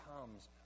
comes